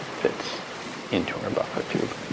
fits into our buffer tube.